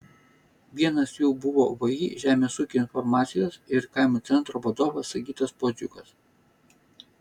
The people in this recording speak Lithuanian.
vienas jų buvo vį žemės ūkio informacijos ir kaimo centro vadovas sigitas puodžiukas